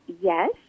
yes